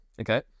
okay